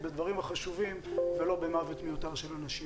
בדברים החשובים ולא במוות מיותר של אנשים.